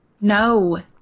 No